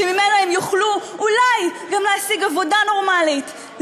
שאתה הם יוכלו אולי גם להשיג עבודה נורמלית,